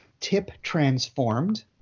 TipTransformed